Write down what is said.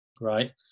right